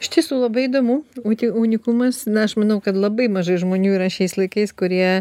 iš tiesų labai įdomu būti unikumas na aš manau kad labai mažai žmonių yra šiais laikais kurie